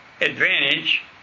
advantage